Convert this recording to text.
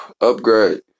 upgrade